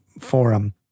forum